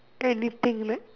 anything like